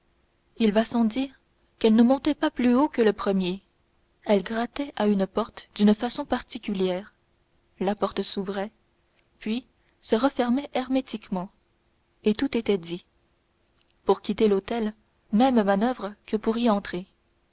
il va sans dire qu'elle ne montait pas plus haut que le premier elle grattait à une porte d'une façon particulière la porte s'ouvrait puis se refermait hermétiquement et tout était dit pour quitter l'hôtel même manoeuvre que pour y entrer